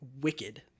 Wicked